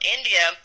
India